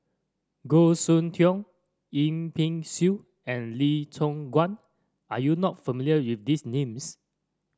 Goh Soon Tioe Yip Pin Xiu and Lee Choon Guan are you not familiar with these names